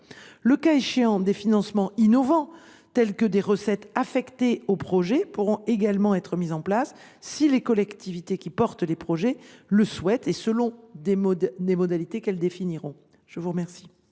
Le cas échéant, des financements innovants tels que des recettes affectées aux projets pourront également être mis en place, si les collectivités portant les projets le souhaitent et selon des modalités qu’elles définiront. La parole